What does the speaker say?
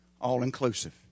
All-inclusive